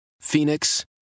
Phoenix